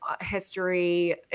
history